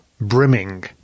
brimming